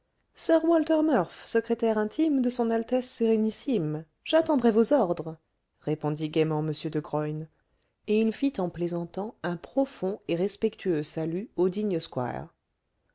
sir walter murph secrétaire intime de son altesse sérénissime j'attendrai vos ordres répondit gaiement m de graün et il fit en plaisantant un profond et respectueux salut au digne squire